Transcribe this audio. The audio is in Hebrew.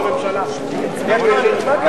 נתקבל.